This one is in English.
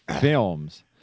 films